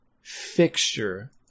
fixture